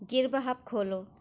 گرب hub کھولو